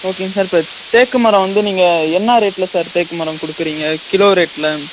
ஓகேங்க சார் இப்போ தேக்கு மரம் வந்து நீங்கள் என்ன ரேட்டில் சார் தேக்கு மரம் கொடுக்குறீங்க கிலோ ரேட்டில்